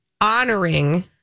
honoring